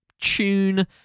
tune